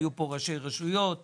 היו פה ראשי רשויות אתמול,